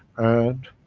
and,